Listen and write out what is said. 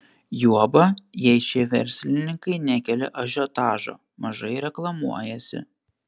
juoba jei šie verslininkai nekelia ažiotažo mažai reklamuojasi